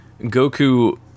Goku